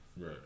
Right